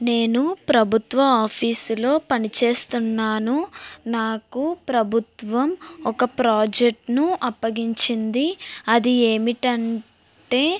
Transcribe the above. నేను ప్రభుత్వ ఆఫీసులో పనిచేస్తున్నాను నాకు ప్రభుత్వం ఒక ప్రాజెక్టును అప్పగించింది అది ఏమిటంటే